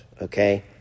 okay